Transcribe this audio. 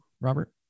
robert